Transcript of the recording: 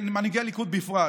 ומנהיגי הליכוד בפרט.